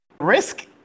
Risk